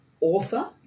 author